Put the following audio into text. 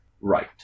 Right